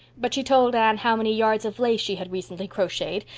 but she told anne how many yards of lace she had recently crocheted,